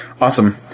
Awesome